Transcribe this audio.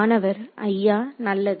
மாணவர் ஐயா நல்லது